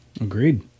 Agreed